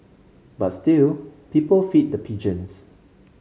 but still people feed the pigeons